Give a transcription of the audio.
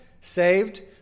saved